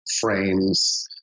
frames